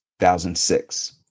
2006